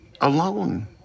alone